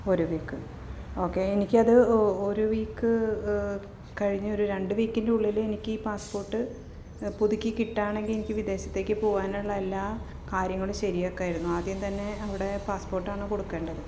ഒരു week okay എനിക്കത് ഒരു വീക്ക് കഴിഞ്ഞ് രണ്ട് വീക്കിൻ്റെ ഉള്ളില് എനിക്ക് പാസ്പോർട്ട് പുതുക്കി കിട്ടുകയാണെങ്കില് എനിക്ക് വിദേശത്ത്ക്ക് പോവാനുള്ള എല്ലാ കാര്യങ്ങളും ശരിയാക്കാമായിരുന്നു ആദ്യം തന്നെ അവിടെ പാസ്പോർട്ടാണ് കൊടുക്കേണ്ടത്